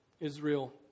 Israel